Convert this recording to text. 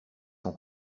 son